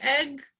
egg